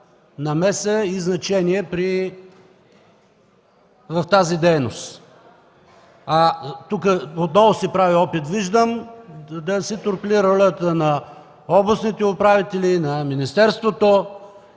намеса и значение в тази дейност. Виждам, че тук отново се прави опит да се торпилира ролята на областните управители, на министерството.